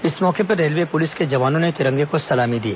इस मौके पर रेलवे पुलिस के जवानों ने तिरंगे को सलामी दी